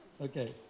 Okay